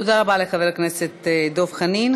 תודה רבה לחבר הכנסת דב חנין.